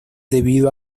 debido